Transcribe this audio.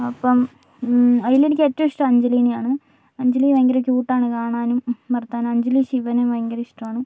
അപ്പം അതിലെനിക്കേറ്റവുമിഷ്ടം അഞ്ജലിനെയാണ് അഞ്ജലി ഭയങ്കര ക്യൂട്ട് ആണ് കാണാനും വർത്താനം അഞ്ജലിയും ശിവനും ഭയങ്കരിഷ്ട്ടാണ്